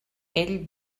ell